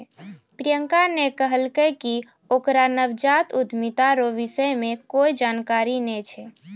प्रियंका ने कहलकै कि ओकरा नवजात उद्यमिता रो विषय मे कोए जानकारी नै छै